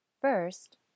First